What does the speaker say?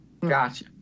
Gotcha